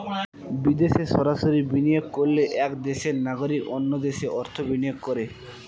বিদেশে সরাসরি বিনিয়োগ করলে এক দেশের নাগরিক অন্য দেশে অর্থ বিনিয়োগ করে